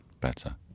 Better